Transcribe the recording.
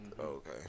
Okay